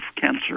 cancer